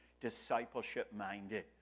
discipleship-minded